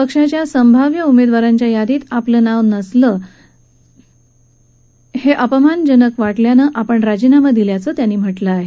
पक्षाच्या संभव्य उमेदवारांच्या यादीत आपलं नाव नसणं अपमानजनक वाटल्याने आपण राजीनामा दिल्याचं त्यांनी म्हटलं आहे